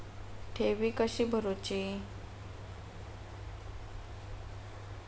ठेवी कशी भरूची?